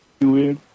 weird